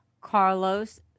Carlos